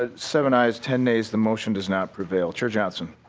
ah seven ayes ten nays the motion does not prevail. chair johnson.